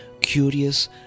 curious